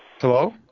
Hello